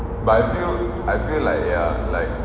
but I feel I feel like ya like